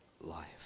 life